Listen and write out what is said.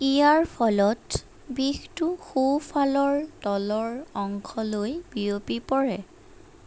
ইয়াৰ ফলত বিষটো সোঁফালৰ তলৰ অংশলৈ বিয়পি পৰে